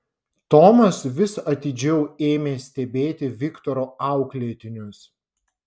tomas vis atidžiau ėmė stebėti viktoro auklėtinius